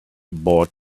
bought